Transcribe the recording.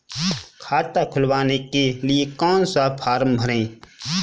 खाता खुलवाने के लिए कौन सा फॉर्म भरें?